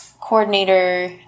coordinator